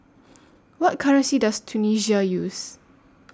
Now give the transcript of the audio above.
What currency Does Tunisia use